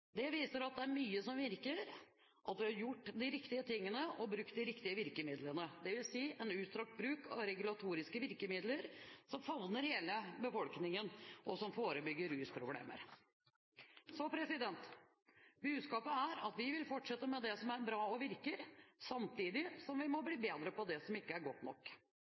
Dette viser at det er mye som virker, og at vi har gjort de riktige tingene og brukt de riktige virkemidlene, dvs. at vi har en utstrakt bruk av regulatoriske virkemidler som favner hele befolkningen, og som forebygger rusproblemer. Så budskapet er at vi vil fortsette med det som er bra og som virker, samtidig som vi må bli bedre på det som ikke er godt nok.